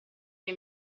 che